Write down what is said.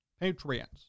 Patriots